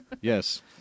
Yes